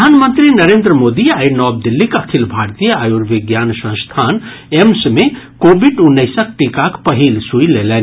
प्रधानमंत्री नरेन्द्र मोदी आइ नव दिल्लीक अखिल भारतीय आयुर्विज्ञान संस्थान एम्स मे कोविड उन्नैसक टीकाक पहिल सुई लेलनि